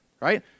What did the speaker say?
Right